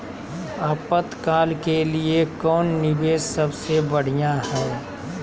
आपातकाल के लिए कौन निवेस सबसे बढ़िया है?